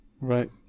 right